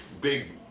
big